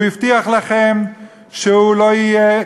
הוא הבטיח לכם שהוא לא יהיה,